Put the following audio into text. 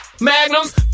magnums